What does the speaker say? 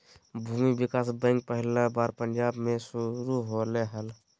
भूमि विकास बैंक पहला बार पंजाब मे शुरू होलय हल